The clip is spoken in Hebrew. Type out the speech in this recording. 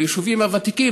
ליישובים הוותיקים,